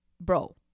bro